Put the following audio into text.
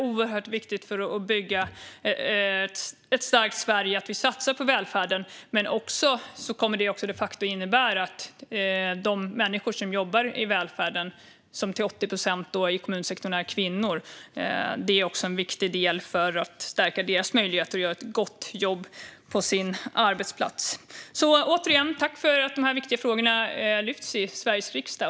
För att kunna bygga ett starkt Sverige är det oerhört viktigt att vi satsar på välfärden. För de människor som jobbar i välfärden inom kommunsektorn, som till 80 procent är kvinnor, är detta de facto också en viktig del i att stärka deras möjligheter att göra ett gott jobb på sin arbetsplats. Återigen: Tack för att dessa viktiga frågor lyfts upp i Sveriges riksdag!